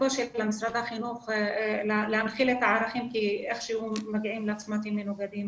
קושי למשרד החינוך להנחיל את הערכים כי איך שהוא מגיעים לצמתים מנוגדים,